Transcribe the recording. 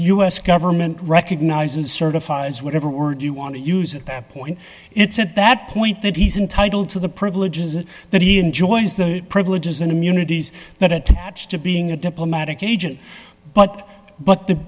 s government recognizes certifies whatever word you want to use at that point it's at that point that he's entitled to the privileges that he enjoys the privileges and immunities that attach to being a diplomatic agent but but the